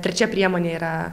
trečia priemonė yra